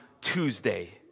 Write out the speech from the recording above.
Tuesday